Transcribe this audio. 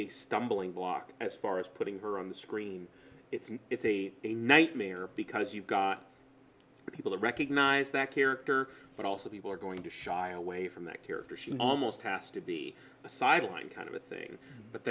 a stumbling block as far as putting her on the screen it's a it's a a nightmare because you've got people recognize that character but also people are going to shy away from that character she almost has to be a sideline kind of a thing but